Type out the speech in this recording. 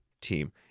team